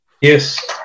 Yes